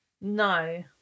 No